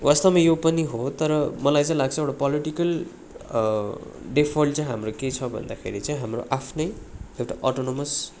वास्तवमा यो पनि हो तर मलाई चाहिँ लाग्छ एउटा पोलिटिकल डिफल्ट चाहिँ हाम्रो के छ भन्दाखेरि चाहिँ हाम्रो आफ्नै एउटा अटोनोमस